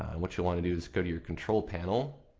what you'll and do is go to your control panel.